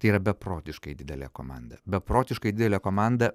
tai yra beprotiškai didelė komanda beprotiškai didelė komanda